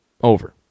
over